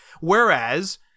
whereas